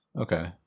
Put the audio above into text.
okay